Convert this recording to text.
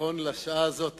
נכון לשעה הזאת עדיין,